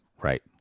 Right